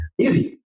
Easy